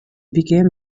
began